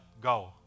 go